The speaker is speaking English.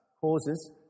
causes